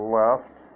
left